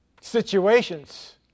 situations